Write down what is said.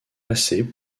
passer